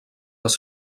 les